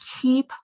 keep